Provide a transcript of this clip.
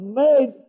made